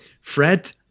Fred